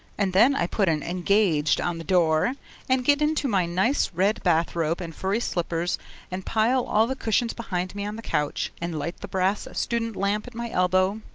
and then i put an engaged on the door and get into my nice red bath robe and furry slippers and pile all the cushions behind me on the couch, and light the brass student lamp at my elbow,